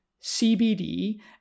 CBD